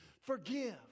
Forgive